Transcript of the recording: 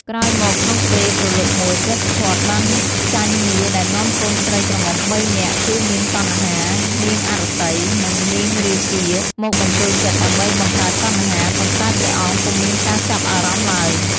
ក្រោយមកក្នុងពេលព្រលប់មួយ ព្រះសិទ្ធត្ថបានផ្ចាញ់មារដែលនាំកូនស្រីក្រមុំ ៣ នាក់ គឺ នាងតណ្ហា នាងអរតី និងនាងរាគា មកបញ្ចូលចិត្តដើម្បីបង្កើតតណ្ហា ប៉ុន្តែព្រះអង្គពុំមានការចាប់អារម្មណ៍ឡើយ។